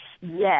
Yes